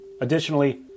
Additionally